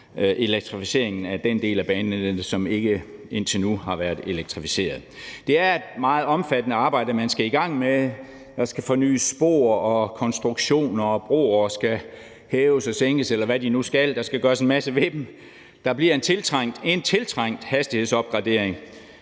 elektrificeringen af den del af banenettet, som ikke indtil nu har været elektrificeret. Det er et meget omfattende arbejde, man skal i gang med; der skal fornyes spor og konstruktioner, og broer skal hæves og sænkes, eller hvad de nu skal, der skal gøres en masse ved dem. Der bliver en tiltrængt hastighedsopgradering